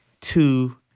two